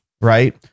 Right